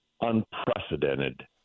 unprecedented